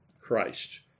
Christ